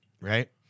right